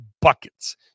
buckets